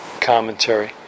commentary